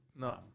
no